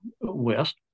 West